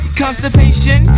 constipation